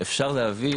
אפשר להבין,